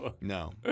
no